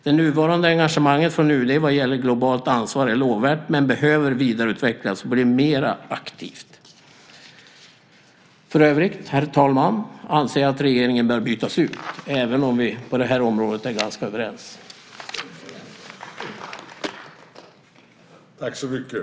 Det nuvarande engagemanget från UD vad gäller Globalt ansvar är lovvärt men behöver vidareutvecklas och bli mer aktivt. För övrigt, herr talman, anser jag att regeringen bör bytas ut - även om vi på just frihandelns och globaliseringens område är ganska överens.